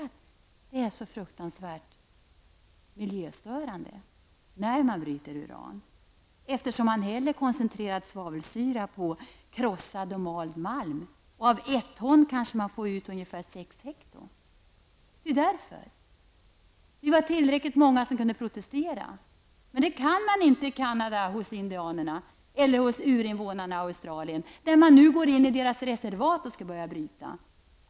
Det är så fruktansvärt miljöstörande när man bryter uran, eftersom man häller koncentrerad svavelsyra på krossad och malen malm. Av ett ton malm kanske man får ut sex hekto användbart uran. Vi var tillräckligt många som kunde protestera. Men det kan man inte i Canada hos indianerna eller hos urinvånarna i Australien -- där man nu går in i deras reservat och skall börja bryta!